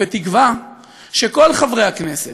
בתקווה שכל חברי הכנסת,